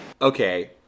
Okay